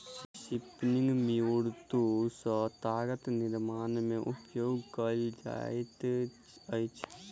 spinning mule तूर सॅ तागक निर्माण में उपयोग कएल जाइत अछि